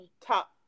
top